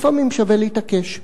לפעמים שווה להתעקש.